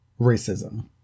racism